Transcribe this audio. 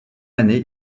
année